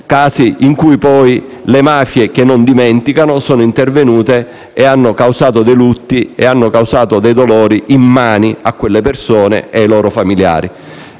casi in cui poi le mafie, che non dimenticano, sono intervenute e hanno causato lutti e dolori immani a quelle persone e ai loro familiari.